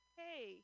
hey